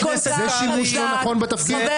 זה שימוש לא נכון בתפקיד?